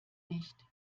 nicht